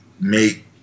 make